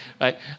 right